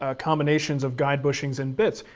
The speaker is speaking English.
ah combinations of guide bushings and bits,